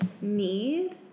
need